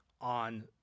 on